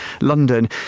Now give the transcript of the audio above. London